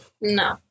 No